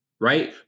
right